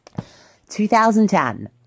2010